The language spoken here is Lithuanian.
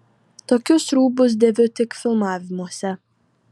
tokius rūbus dėviu tik filmavimuose